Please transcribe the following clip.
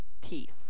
teeth